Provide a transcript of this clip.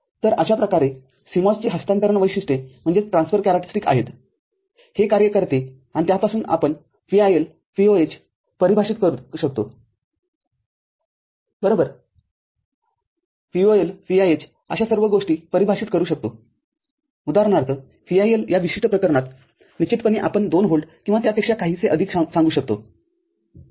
तर अशा प्रकारे CMOS ची हस्तांतरण वैशिष्ट्येआहेत हे कार्य करते आणि त्यापासून आपण VIL VOH परिभाषित करू शकतो बरोबर VOL VIH अशा सर्व गोष्टी परिभाषित करू शकतोउदाहरणार्थ VIL या विशिष्ट प्रकरणात निश्चितपणेआपण २ व्होल्ट किंवा त्यापेक्षा काहीसे अधिक सांगू शकतो ठीक आहे